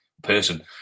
person